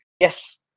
yes